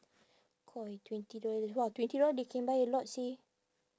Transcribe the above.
koi twenty dollars !wah! twenty dollar they can buy a lot seh